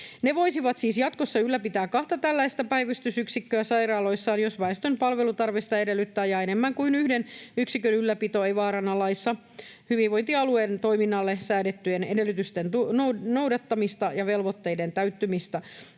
Ne voisivat siis jatkossa ylläpitää kahta tällaista päivystysyksikköä sairaaloissaan, jos väestön palvelutarve sitä edellyttää ja enemmän kuin yhden yksikön ylläpito ei vaaranna laissa hyvinvointialueiden toiminnalle säädettyjen edellytysten noudattamista ja velvoitteiden täyttymistä.